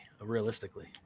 realistically